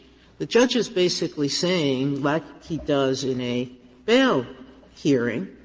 the judge is basically saying, like he does in a bail hearing,